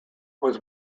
was